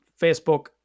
Facebook